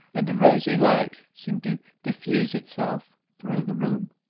and a rosy light seemed to diffuse itself through the room.